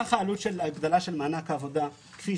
סך העלות של הגדלה של מענק העבודה כפי